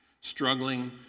Struggling